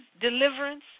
deliverance